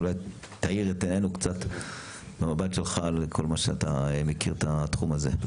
אולי תאיר את עינינו קצת מהמבט שלך ומתוך ההיכרות העמוקה שלך בתחום הזה.